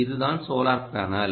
இதுதான் solar panel